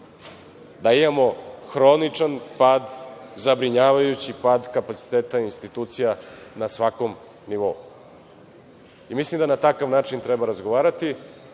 da imamo hroničan pad, zabrinjavajući pad kapaciteta institucija na svakom nivou. Mislim da na takav način treba razgovarati